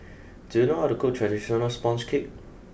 do you know how to cook traditional sponge cake